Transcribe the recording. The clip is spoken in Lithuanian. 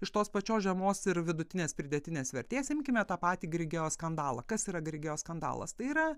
iš tos pačios žemos ir vidutinės pridėtinės vertės imkime tą patį grigeo skandalą kas yra grigeo skandalas tai yra